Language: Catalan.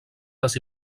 les